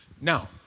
Now